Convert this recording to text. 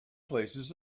places